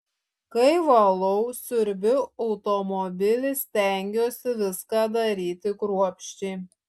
kai valau siurbiu automobilį stengiuosi viską daryti kruopščiai